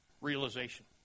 realization